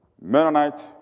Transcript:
Mennonite